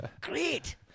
great